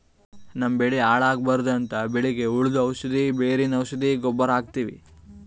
ನಮ್ಮ್ ಬೆಳಿ ಹಾಳ್ ಆಗ್ಬಾರ್ದು ಅಂತ್ ಬೆಳಿಗ್ ಹುಳ್ದು ಔಷಧ್, ಬೇರಿನ್ ಔಷಧ್, ಗೊಬ್ಬರ್ ಹಾಕ್ತಿವಿ